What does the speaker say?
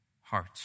heart